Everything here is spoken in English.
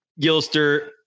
gilster